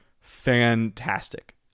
Fantastic